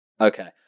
Okay